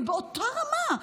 זה באותה רמה.